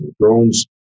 drones